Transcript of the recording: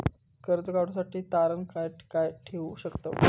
कर्ज काढूसाठी तारण काय काय ठेवू शकतव?